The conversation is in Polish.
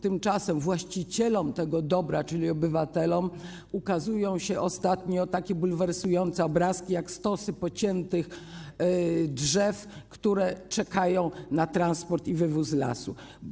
Tymczasem właścicielom tego dobra, czyli obywatelom, ukazują się ostatnio takie bulwersujące obrazki jak stosy pociętych drzew, które czekają na transport i wywóz z lasu.